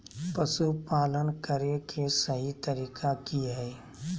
पशुपालन करें के सही तरीका की हय?